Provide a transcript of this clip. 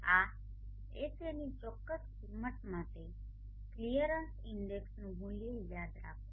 આ Haની ચોક્કસ કિંમત માટે ક્લિયરન્સ ઇન્ડેક્સનુ મુલ્ય યાદ રાખો